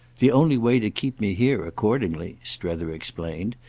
the only way to keep me here, accordingly, strether explained,